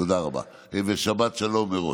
תודה רבה, ושבת שלום מראש.